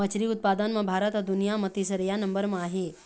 मछरी उत्पादन म भारत ह दुनिया म तीसरइया नंबर म आहे